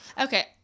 okay